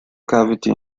cavity